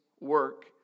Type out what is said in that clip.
work